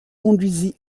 conduisit